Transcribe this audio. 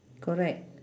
correct